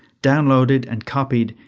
downloaded and copied,